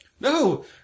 No